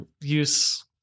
use